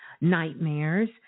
nightmares